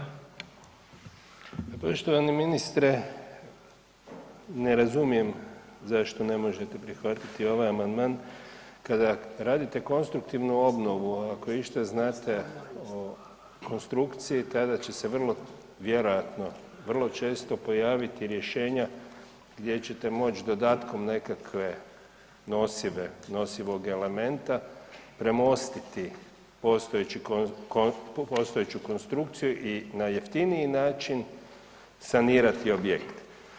Poštovani ministre, ne razumijem zašto ne možete prihvatiti ovaj amandman kada radite konstruktivnu obnovu, ako išta znate o konstrukciji, tada će se vrlo vjerojatno, vrlo često pojaviti rješenja gdje ćete moći dodatkom nekakve nosive, nosivog elementa premostiti postojeću konstrukciju i na jeftiniji način sanirati objekt.